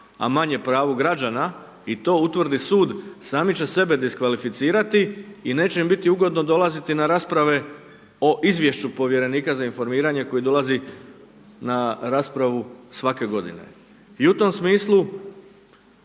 a manje pravu građana, i to utvrdi Sud, sami će sebe diskvalificirati i neće im biti ugodno dolaziti na rasprave o Izvješću Povjerenika za informiranje koji dolazi na raspravu svake godine. I u tom smislu,